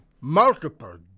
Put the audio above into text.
multiple